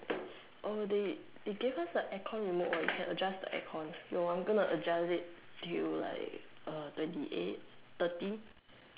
oh they they gave us the aircon remote right we can adjust the aircon you want I'm gonna adjust it till like uh twenty eight thirty